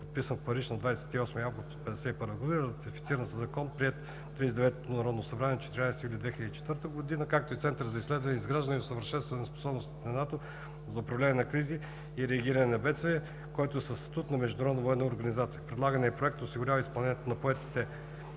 подписан в Париж на 28 август 1952 г., ратифициран със закон, приет от 39-то Народно събрание на 14 юли 2004 г., както и Център за изследване, изграждане и усъвършенстване на способностите на НАТО за управление на кризи и реагиране при бедствия, който е със статут на „международна военна организация“. Предлаганият проект осигурява изпълнението на поетите